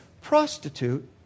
prostitute